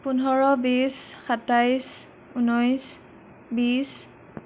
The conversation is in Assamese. পোন্ধৰ বিছ সাতাইছ ঊনৈছ বিছ